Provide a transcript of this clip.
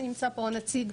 שנמצא פה הנציג,